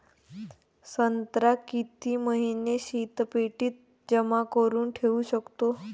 संत्रा किती महिने शीतपेटीत जमा करुन ठेऊ शकतो?